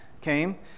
came